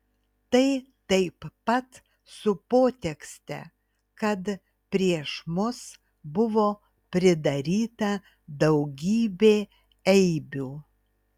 tai taip pat su potekste kad prieš mus buvo pridaryta daugybė eibių